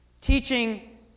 teaching